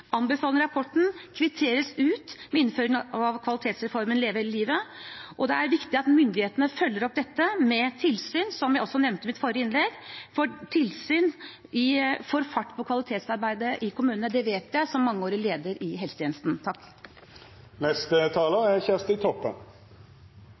rapporten kvitteres ut med innføringen av kvalitetsreformen Leve hele livet, og det er viktig at myndighetene følger opp dette med tilsyn, som jeg også nevnte i mitt forrige innlegg, for tilsyn får fart på kvalitetsarbeidet i kommunene. Det vet jeg som mangeårig leder i helsetjenesten.